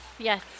Yes